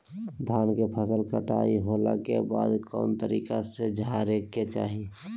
धान के फसल कटाई होला के बाद कौन तरीका से झारे के चाहि?